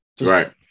Right